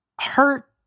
hurt